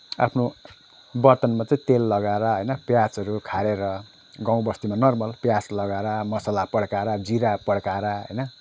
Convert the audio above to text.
आफ्नो बर्तनमा चाहिँ तेल लगाएर होइन प्याजहरू खारेर गाउँबस्तीमा नर्मल प्याज लगाएर मसला पड्काएर जिरा पड्काएर होइन